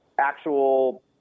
actual –